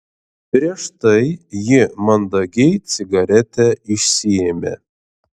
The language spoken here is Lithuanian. prieš tai ji mandagiai cigaretę išsiėmė